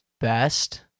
best